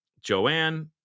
Joanne